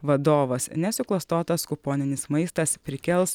vadovas nesuklastotas kuponinis maistas prikels